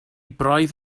braidd